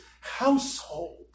household